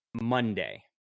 Monday